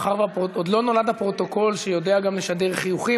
עוד לא נולד הפרוטוקול שיודע גם לשדר חיוכים,